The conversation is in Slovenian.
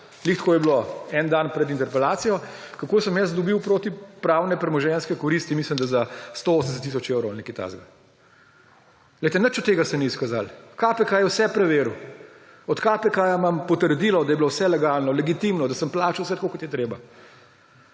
tako je bilo eden dan pred interpelacijo, kako sem jaz dobil protipravne premoženjske koristi, mislim da, za 180 tisoč evrov ali nekaj takega. Nič od tega se ni izkazalo, je vse preveril. Od KPK imam potrdilo, da je bilo vse legalno, legitimno, da sem plačal vse tako, kot je treba.